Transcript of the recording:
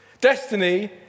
destiny